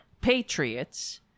patriots